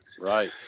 right